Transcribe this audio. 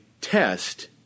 test